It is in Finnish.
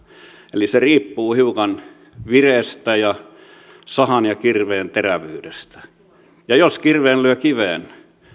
eli se riippuu hiukan vireestä ja sahan ja kirveen terävyydestä jos kirveen lyö kiveen